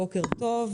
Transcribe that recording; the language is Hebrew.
בוקר טוב.